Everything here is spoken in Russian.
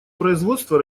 производство